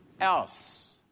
else